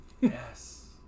Yes